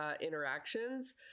interactions